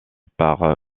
par